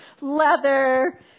leather